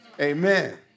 Amen